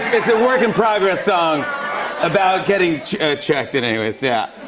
it's a work in progress song about getting checked and anyways yeah.